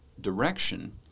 direction